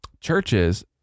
churches